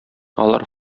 алар